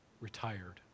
retired